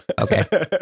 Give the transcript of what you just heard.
Okay